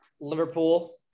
Liverpool